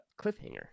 cliffhanger